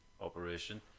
operation